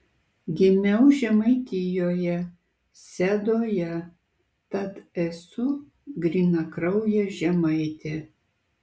gimiau žemaitijoje sedoje tad esu grynakraujė žemaitė